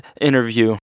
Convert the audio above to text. Interview